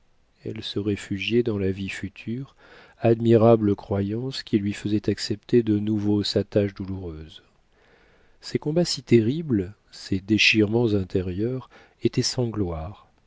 elle se réfugiait dans la vie future admirable croyance qui lui faisait accepter de nouveau sa tâche douloureuse ces combats si terribles ces déchirements intérieurs étaient sans gloire